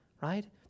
right